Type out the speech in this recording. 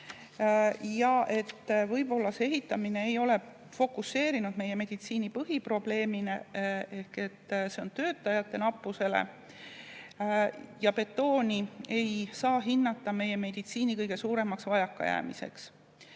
et võib-olla selle ehitamine ei ole fokuseerinud meie meditsiini põhiprobleemile ehk töötajate nappusele, ja betooni ei saa hinnata meie meditsiini kõige suuremaks vajakajäämiseks.